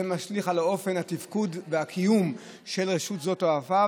זה משליך על אופן התפקוד והקיום של רשות שדות התעופה,